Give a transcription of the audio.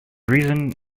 reason